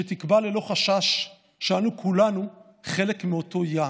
שתקבע ללא חשש שאנו כולנו חלק מאותו ים,